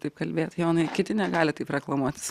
taip kalbėt jonai kiti negali taip reklamuotis